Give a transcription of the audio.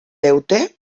deute